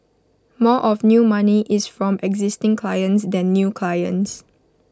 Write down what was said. more of new money is from existing clients than new clients